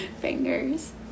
fingers